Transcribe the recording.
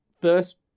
first